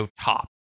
top